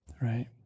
right